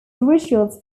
rituals